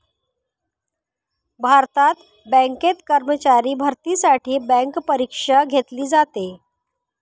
भारतात बँकेत कर्मचारी भरतीसाठी बँक परीक्षा घेतली जाते